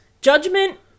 Judgment